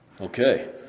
Okay